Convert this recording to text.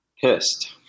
pissed